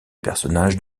personnages